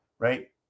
Right